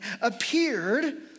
appeared